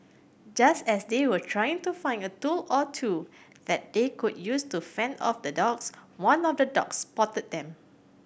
just as they were trying to find a tool or two that they could use to fend off the dogs one of the dogs spotted them